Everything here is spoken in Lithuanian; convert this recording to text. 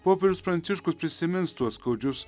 popiežius pranciškus prisimins tuos skaudžius